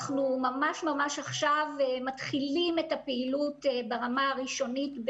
אנחנו ממש עכשיו מתחילים את הפעילות ברמה הראשונית,